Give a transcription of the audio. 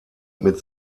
mit